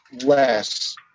less